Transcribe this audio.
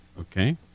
okay